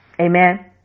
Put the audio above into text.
Amen